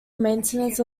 maintenance